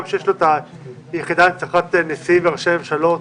גם כשיש לו את היחידה להנצחת נשיאים וראשי ממשלות,